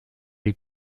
die